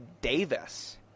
Davis